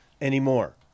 anymore